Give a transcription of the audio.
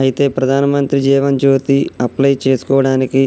అయితే ప్రధానమంత్రి జీవన్ జ్యోతి అప్లై చేసుకోవడానికి